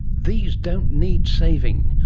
these don't need saving.